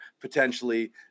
potentially –